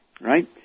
Right